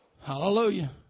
Hallelujah